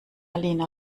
lena